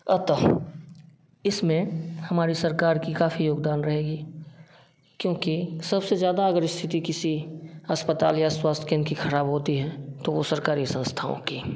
अतः इसमें हमारी सरकार की काफ़ी योगदान रहेगी क्योंकि सबसे ज़्यादा अगर स्थिति किसी अस्पताल या स्वास्थ्य केंद्र की खराब होती है तो वो सरकारी संस्थाओं की